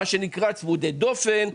מה שנקרא צמודי דופן,